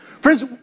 Friends